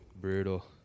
brutal